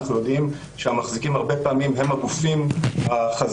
אנו יודעים שהמחזיקים הרבה פעמים הם הגופים החזקים.